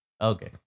Okay